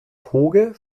hooge